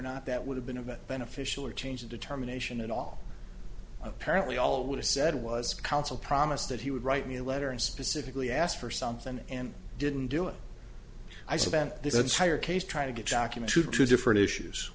not that would have been about beneficial or change the determination and all apparently all would have said was counsel promised that he would write me a letter and specifically asked for something and didn't do it i spent this entire case trying to get jocular to two different issues